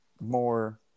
more